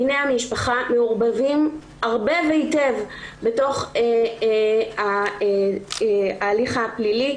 דיני המשפחה מעורבבים ערבב היטב בתוך ההליך הפלילי,